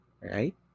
Right